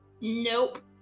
Nope